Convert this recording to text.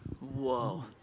Whoa